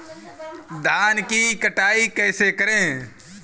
धान की कटाई कैसे करें?